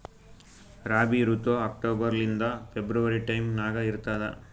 ರಾಬಿ ಋತು ಅಕ್ಟೋಬರ್ ಲಿಂದ February time ನಾಗ ಇರ್ತದ